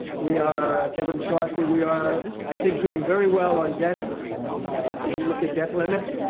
we are kevin mccarthy we are i think doing very well on debt if you look at debt limit,